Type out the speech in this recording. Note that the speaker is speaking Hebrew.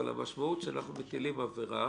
דיברנו על זה שאנחנו בני אדם ולא מלאכים.